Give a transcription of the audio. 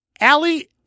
Ali